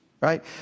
Right